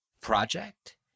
project